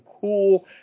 cool